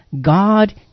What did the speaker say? God